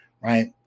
right